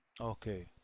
Okay